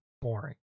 boring